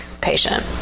patient